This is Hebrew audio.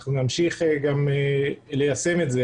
ואנחנו נמשיך גם ליישם את זה,